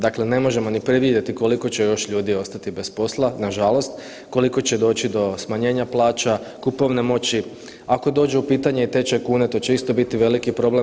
Dakle, ne možemo ni predvidjeti koliko će još ljudi ostati bez posla nažalost, koliko će doći do smanjenja plaća, kupovne moći, ako dođe u pitanje i tečaj kune to će isto biti veliki problem.